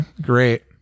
great